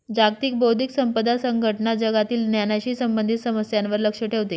जागतिक बौद्धिक संपदा संघटना जगातील ज्ञानाशी संबंधित समस्यांवर लक्ष ठेवते